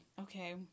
Okay